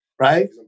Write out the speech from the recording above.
right